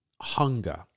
hunger